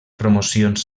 promocions